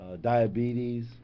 diabetes